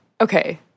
okay